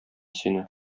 сине